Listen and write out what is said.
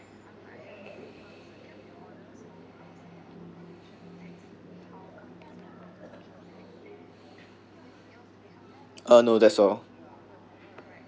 uh no that's all